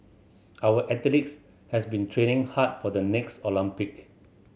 our athletes has been training hard for the next Olympic